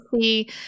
see